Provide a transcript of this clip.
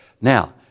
Now